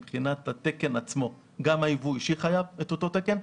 מבחינת התקן עצמו גם הייבוא האישי חייב את אותו תקן.